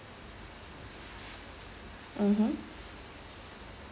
mmhmm